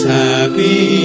happy